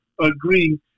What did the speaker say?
agree